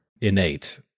innate